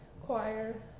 choir